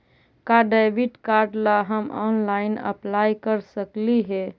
का debit card ला हम ऑनलाइन अप्लाई कर सकली हे?